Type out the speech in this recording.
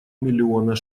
миллиона